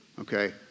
Okay